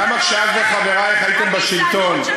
למה כשאת וחברייך הייתם בשלטון,